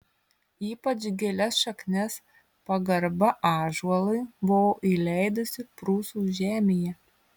ypač gilias šaknis pagarba ąžuolui buvo įleidusi prūsų žemėje